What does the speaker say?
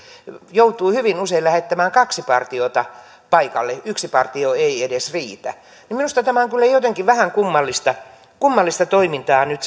joutuu hyvin usein lähettämään kaksi partiota paikalle yksi partio ei edes riitä minusta tämä on jotenkin vähän kummallista kummallista toimintaa nyt